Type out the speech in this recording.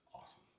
awesome